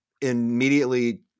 immediately